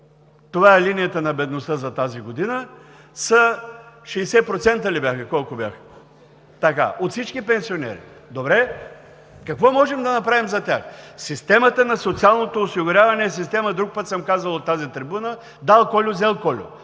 това е линията на бедността за тази година, са 60% ли бяха, колко бяха, от всички пенсионери. Добре, какво можем да направим за тях? Системата на социалното осигуряване е система – и друг път съм казвал от тази трибуна – „дал Кольо, взел Кольо“,